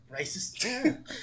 Racist